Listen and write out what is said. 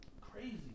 crazy